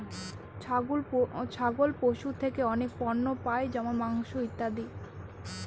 ছাগল পশু থেকে অনেক পণ্য পাই যেমন মাংস, ইত্যাদি